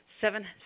seven